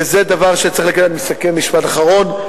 וזה דבר שצריך, אני מסכם, משפט אחרון.